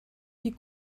wie